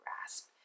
grasp